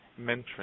mentoring